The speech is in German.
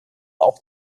auch